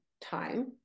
time